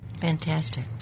Fantastic